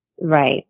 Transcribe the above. Right